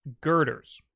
girders